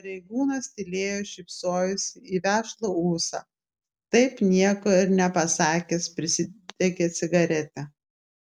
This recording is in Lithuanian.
pareigūnas tylėjo šypsojosi į vešlų ūsą taip nieko ir nepasakęs prisidegė cigaretę